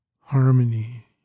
harmony